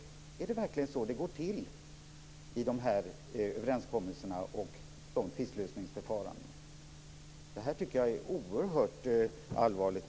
Är det verkligen så det går till vid dessa överenskommelser och tvistlösningsförfaranden? Det tycker jag i så fall är oerhört allvarligt.